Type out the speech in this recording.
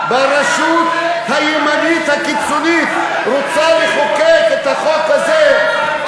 בראשות הימנית הקיצונית רוצה לחוקק את החוק הזה,